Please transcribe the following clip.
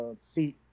see